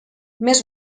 més